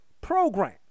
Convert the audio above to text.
program